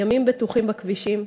ימים בטוחים בכבישים,